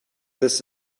this